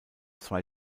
zwei